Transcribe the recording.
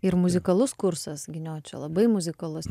ir muzikalus kursas giniočio labai muzikalus